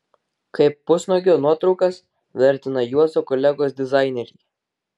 kaip pusnuogio nuotraukas vertina juozo kolegos dizaineriai